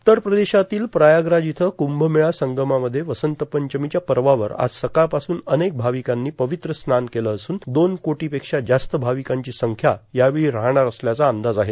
उत्तर प्रदेशातील प्रयागराज इथं कंअमेळा संगमामध्ये वसंत पंचमीच्या पर्वावर आज सकाळपासून अनेक आविकांनी पवित्र स्नान केलं असून दोन कोटी पेक्षा जास्त भाविकांची संख्या राहणार असल्याचा अंदाज आहे